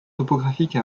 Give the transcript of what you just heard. topographique